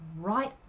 right